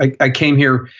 i came here.